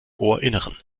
ohrinneren